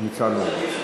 ניצן הורוביץ.